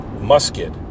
musket